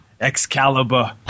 Excalibur